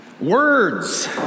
Words